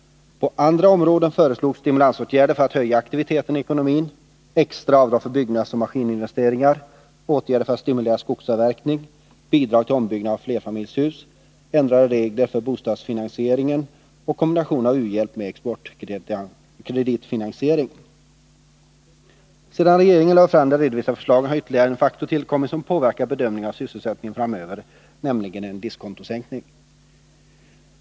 På andra områden föreslogs stimulansåtgärder för att höja aktiviteten i ekonomin: extra avdrag för byggnadsoch maskininveste ringar, åtgärder för att stimulera skogsavverkning, bidrag till ombyggnad av flerfamiljshus, ändrade regler för bostadsfinansieringen och kombination av u-hjälp med exportkreditfinansiering. Sedan regeringen lade fram de redovisade förslagen har ytterligare en faktor tillkommit som påverkar bedömningen av sysselsättningen framöver, nämligen en diskontosänkning.